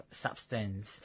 substance